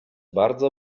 bardzo